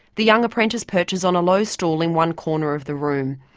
the young apprentice perches on a low stool in one corner of the room,